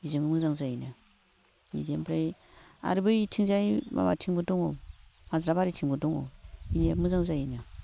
बिजोंबो मोजां जायो नो बिदिनो ओमफ्राय आरो बैथिंजाय माबाथिंबो दङ खाज्राबारिथिंबो दङ बिनियाबो मोजां जायोनो